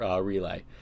relay